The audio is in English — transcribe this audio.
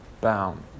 bound